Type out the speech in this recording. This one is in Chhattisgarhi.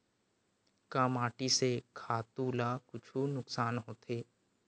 का माटी से खातु ला कुछु नुकसान होथे?